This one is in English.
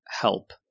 help